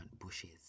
bushes